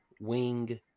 wing